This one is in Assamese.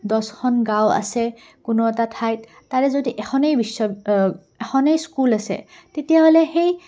দহখন গাঁও আছে কোনো এটা ঠাইত তাৰে যদি এখনেই বিশ্ব এখনেই স্কুল আছে তেতিয়াহ'লে সেই